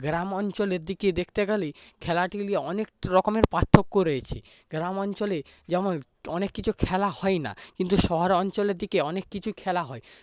গ্রাম অঞ্চলের দিকে দেখতে গেলে ঠেলা ঠেলি অনেক রকমের পার্থক্য রয়েছে গ্রাম অঞ্চলে যেমন অনেক কিছু খেলা হয়না কিন্তু শহর অঞ্চলে অনেক কিছু খেলা হয়